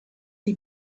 die